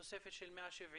תוספת של 170 מיליון,